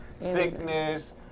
sickness